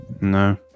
No